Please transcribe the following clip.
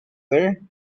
there